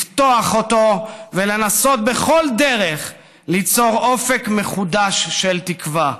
לפתוח אותו ולנסות בכל דרך ליצור אופק מחודש של תקווה.